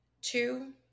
two